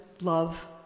love